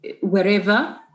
wherever